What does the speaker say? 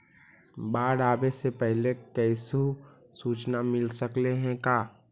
बाढ़ आवे से पहले कैसहु सुचना मिल सकले हे का?